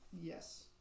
Yes